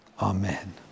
Amen